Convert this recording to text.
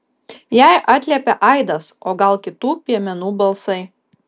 jai atliepia aidas o gal kitų piemenų balsai